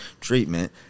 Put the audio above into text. treatment